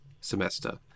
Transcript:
semester